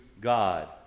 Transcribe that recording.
God